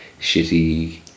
shitty